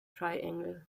triangle